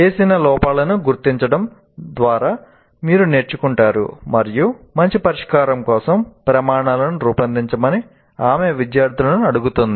చేసిన లోపాలను గుర్తించడం ద్వారా మీరు నేర్చుకుంటారు మరియు మంచి పరిష్కారం కోసం ప్రమాణాలను రూపొందించమని ఆమె విద్యార్థులను అడుగుతుంది